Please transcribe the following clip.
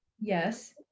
Yes